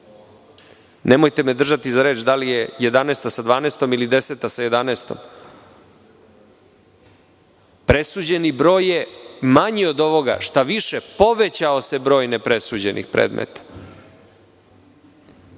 nemojte me držati za reč da li je 2011. sa 2012. ili 2010. sa 2011. presuđeni broj je manji od ovoga, šta više povećao se broj nepresuđenih predmeta. Postoje